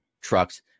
trucks